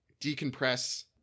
decompress